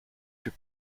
fût